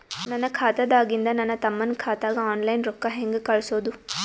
ನನ್ನ ಖಾತಾದಾಗಿಂದ ನನ್ನ ತಮ್ಮನ ಖಾತಾಗ ಆನ್ಲೈನ್ ರೊಕ್ಕ ಹೇಂಗ ಕಳಸೋದು?